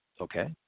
Okay